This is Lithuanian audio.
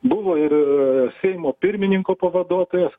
buvo ir ir seimo pirmininko pavaduotojas